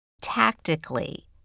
tactically